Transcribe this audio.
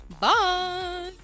Bye